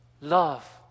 love